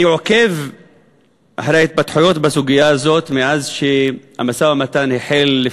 אני עוקב אחרי ההתפתחויות בסוגיה הזאת מאז החל המשא-ומתן,